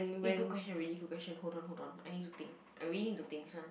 eh good question really good question hold on hold on I need to think I really need to think this one